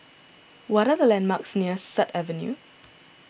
what are the landmarks near Sut Avenue